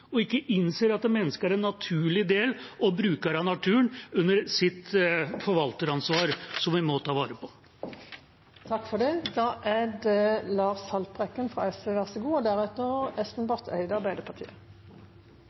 og ikke innser at mennesket er en naturlig del og bruker av naturen under sitt forvalteransvar, som vi må ta vare på.